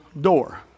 door